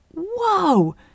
whoa